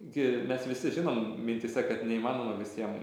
gi mes visi žinom mintyse kad neįmanoma visiem